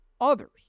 others